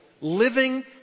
living